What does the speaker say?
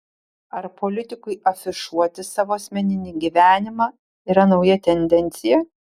ar politikui afišuoti savo asmeninį gyvenimą yra nauja tendencija